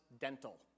dental